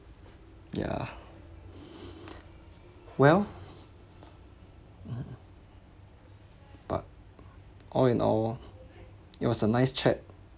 yeah well but all in all it was a nice chat